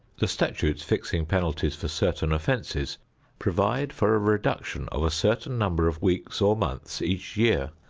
the statutes fixing penalties for certain offenses provide for a reduction of a certain number of weeks or months each year,